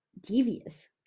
devious